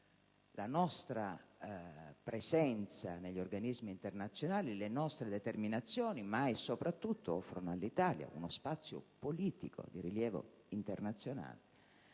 la nostra presenza negli organismi internazionali e le nostre determinazioni, ma soprattutto offrono all'Italia uno spazio politico di rilievo internazionale